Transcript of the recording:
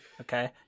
Okay